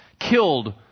killed